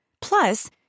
Plus